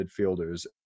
midfielders